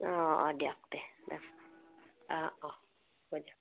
অঁ দিয়ক তে অঁ অঁ অঁ হ'ব দিয়ক